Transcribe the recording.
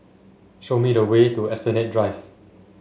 show me the way to Esplanade Drive